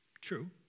True